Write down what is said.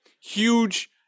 huge